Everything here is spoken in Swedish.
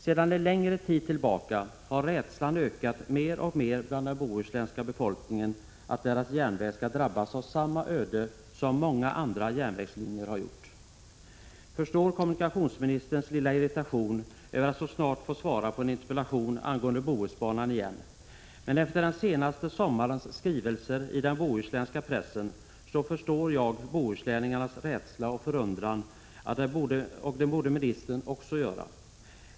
Sedan en längre tid tillbaka har rädslan ökat mer och mer bland invånarna i Bohuslän att deras järnväg skall drabbas av samma öde som många andra järnvägslinjer. Jag förstår kommunikationsministerns lilla irritation över att efter så kort tid återigen få svara på en interpellation angående Bohusbanan, men efter den senaste sommarens skrivelser i den bohuslänska pressen förstår jag bohuslänningarnas rädsla och förundran, och det borde kommunikationsministern också göra.